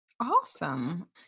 Awesome